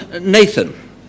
Nathan